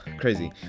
crazy